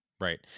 Right